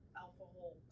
alcohol